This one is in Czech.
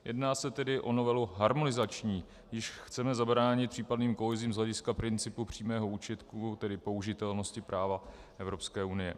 Jedná se tedy o novelu harmonizační, jíž chceme zabránit případným kolizím z hlediska principu přímého účinku, tedy použitelnosti práva Evropské unie.